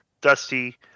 Dusty